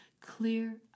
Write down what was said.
Clear